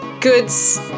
goods